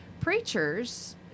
preachers